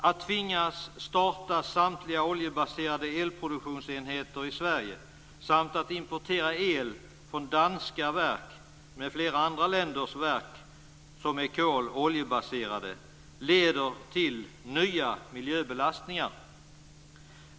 Att tvingas starta samtliga oljebaserade elproduktionsenheter i Sverige och importera el från verk i Danmark m.fl. länder - verk som är kol och oljebaserade - leder till nya miljöbelastningar.